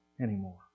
anymore